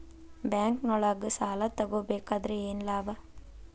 ಬ್ಯಾಂಕ್ನೊಳಗ್ ಸಾಲ ತಗೊಬೇಕಾದ್ರೆ ಏನ್ ಲಾಭ?